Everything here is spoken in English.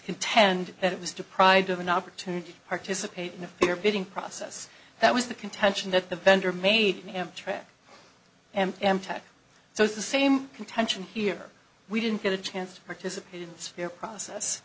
contend that it was deprived of an opportunity to participate in a fair bidding process that was the contention that the vendor made me track and amtrak so it's the same contention here we didn't get a chance to participate in the sphere process